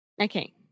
Okay